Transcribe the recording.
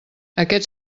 aquest